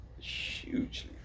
hugely